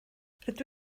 rydw